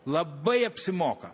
labai apsimoka